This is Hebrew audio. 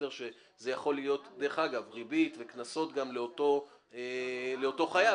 זה יכול להיות ריבית וקנסות גם לאותו חייב,